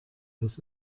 das